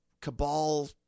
cabal